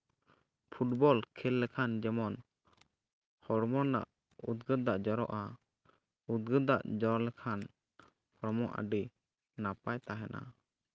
football ᱠᱷᱮᱞ ᱞᱮᱠᱷᱟᱱ ᱡᱮᱢᱚᱱ ᱦᱚᱲᱢᱚ ᱨᱮᱱᱟᱜ ᱩᱫᱽᱜᱟᱹᱨ ᱫᱟᱜ ᱡᱚᱨᱚᱜᱼᱟ ᱩᱫᱽᱜᱟᱹᱨ ᱫᱟᱜ ᱡᱚᱨᱚ ᱞᱮᱠᱷᱟᱱ ᱦᱚᱲᱢᱚ ᱟᱹᱰᱤ ᱱᱟᱯᱟᱭ ᱛᱟᱦᱮᱱᱟ